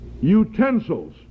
utensils